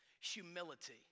Humility